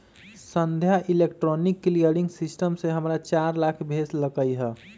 संध्या electronic clearing system से हमरा चार लाख भेज लकई ह